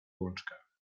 łączkach